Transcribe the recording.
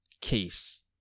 case